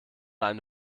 eine